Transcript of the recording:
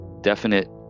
definite